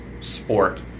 sport